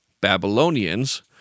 Babylonians